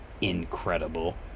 incredible